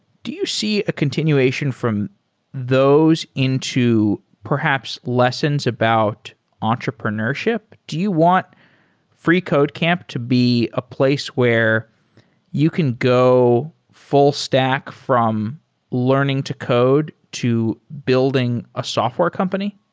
do you see a continuation from those into perhaps lessons about entrepreneurship? do you want freecodecamp to be a place where you can go full stack from learn ing to code to building a software company?